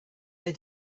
they